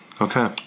Okay